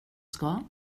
ska